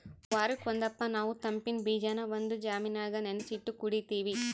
ವಾರುಕ್ ಒಂದಪ್ಪ ನಾವು ತಂಪಿನ್ ಬೀಜಾನ ಒಂದು ಜಾಮಿನಾಗ ನೆನಿಸಿಟ್ಟು ಕುಡೀತೀವಿ